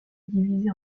divisé